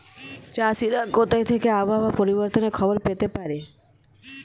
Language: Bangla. চাষিরা কোথা থেকে আবহাওয়া পরিবর্তনের খবর পেতে পারে?